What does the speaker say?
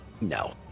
No